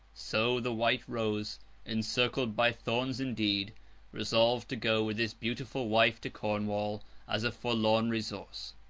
so, the white rose encircled by thorns indeed resolved to go with his beautiful wife to cornwall as a forlorn resource,